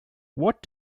what